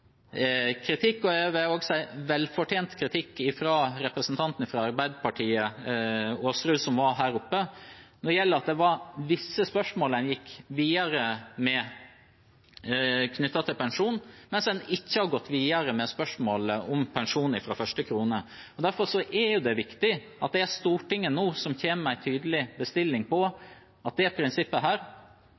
kritikk – jeg vil si velfortjent kritikk – fra representanten i Arbeiderpartiet, Rigmor Aasrud, som var her oppe, for at det var visse spørsmål knyttet til pensjon som en gikk videre med, mens en ikke har gått videre med spørsmålet om pensjon fra første krone. Derfor er det viktig at det nå er Stortinget som kommer med en tydelig bestilling om at dette prinsippet